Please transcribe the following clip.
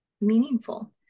meaningful